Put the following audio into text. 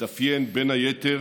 התאפיין בין היתר